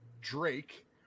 Drake